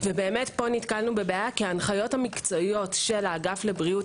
ופה נתקלנו בבעיה כי ההנחיות המקצועיות של האגף לבריאות